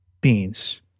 beans